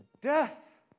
death